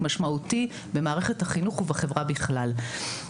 משמעותי במערכת החינוך ובחברה בכלל.